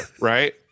right